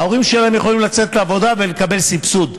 ההורים שלהם יכולים לצאת לעבודה ולקבל סבסוד.